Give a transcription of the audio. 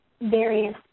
various